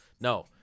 No